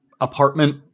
apartment